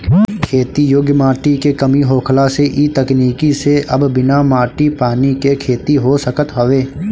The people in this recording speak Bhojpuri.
खेती योग्य माटी के कमी होखला से इ तकनीकी से अब बिना माटी पानी के खेती हो सकत हवे